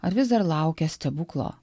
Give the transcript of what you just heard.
ar vis dar laukia stebuklo